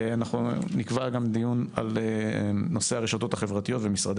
אנחנו נקבע גם דיון על נושא הרשתות החברתיות ומשרדי